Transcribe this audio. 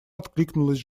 откликнулась